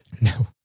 No